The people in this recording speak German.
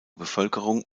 bevölkerung